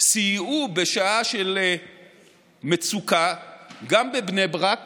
סייעו בשעה של מצוקה גם בבני ברק